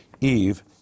Eve